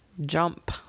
Jump